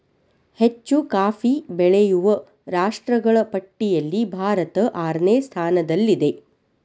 ಹೆಚ್ಚು ಕಾಫಿ ಬೆಳೆಯುವ ರಾಷ್ಟ್ರಗಳ ಪಟ್ಟಿಯಲ್ಲಿ ಭಾರತ ಆರನೇ ಸ್ಥಾನದಲ್ಲಿದೆ